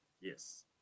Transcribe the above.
Yes